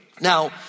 Now